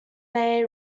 they